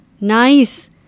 nice